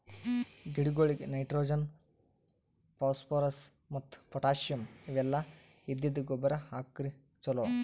ಗಿಡಗೊಳಿಗ್ nitrogen, phosphorus ಮತ್ತ್ potassium ಇವೆಲ್ಲ ಇದ್ದಿದ್ದ್ ಗೊಬ್ಬರ್ ಹಾಕ್ರ್ ಛಲೋ